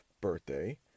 birthday